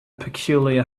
peculiar